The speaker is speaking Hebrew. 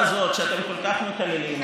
להפך,